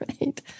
right